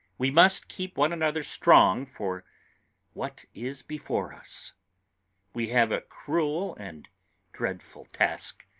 we must keep one another strong for what is before us we have a cruel and dreadful task.